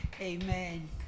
Amen